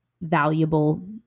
valuable